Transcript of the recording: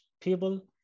people